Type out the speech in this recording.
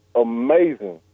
amazing